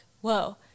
Whoa